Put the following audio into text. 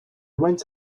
went